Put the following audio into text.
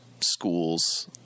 schools